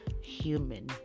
human